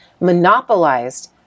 monopolized